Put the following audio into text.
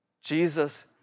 Jesus